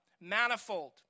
Manifold